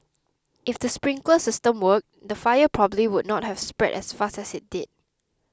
if the sprinkler system worked the fire probably would not have spread as fast as it did